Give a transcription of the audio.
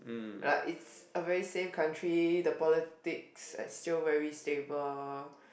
like its a very safe country the politics are still very stable